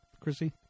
Chrissy